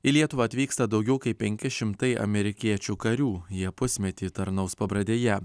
į lietuvą atvyksta daugiau kaip penki šimtai amerikiečių karių jie pusmetį tarnaus pabradėje